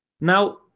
Now